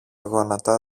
γόνατα